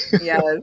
Yes